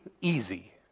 easy